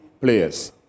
players